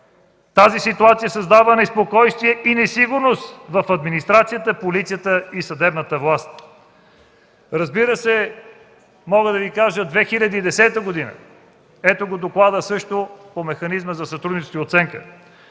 Тази ситуация създава неспокойствие и несигурност в администрацията, полицията и съдебната власт.” Нека да Ви кажа и за 2010 г. – Докладът по Механизма за сътрудничество и оценка.